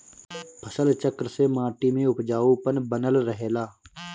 फसल चक्र से माटी में उपजाऊपन बनल रहेला